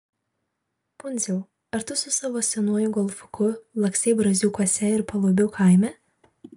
pundziau ar tu su savo senuoju golfuku lakstei braziūkuose ir paluobių kaime